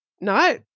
No